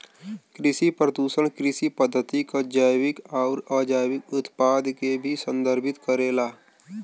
कृषि प्रदूषण कृषि पद्धति क जैविक आउर अजैविक उत्पाद के भी संदर्भित करेला